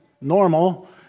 normal